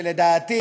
שלדעתי